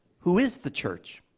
who is the church?